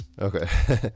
Okay